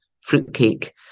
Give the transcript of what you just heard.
fruitcake